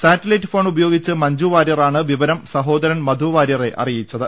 satellite phone ഉപയോഗിച്ച് മഞ്ജു വാര്യറാണ് വിവരും സഹ്യോദരൻ മധു വാര്യറെ അറിയിച്ചത്